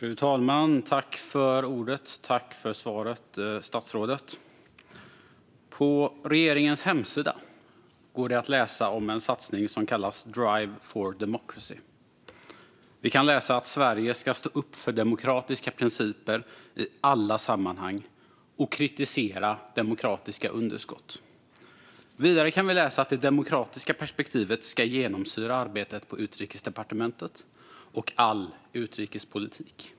Fru talman! Tack för svaret, statsrådet! På regeringens hemsida går det att läsa om en satsning som kallas Drive for Democracy. Vi kan läsa att Sverige ska stå upp för demokratiska principer i alla sammanhang och kritisera demokratiska underskott. Vidare kan vi läsa att det demokratiska perspektivet ska genomsyra arbetet på Utrikesdepartementet och all utrikespolitik.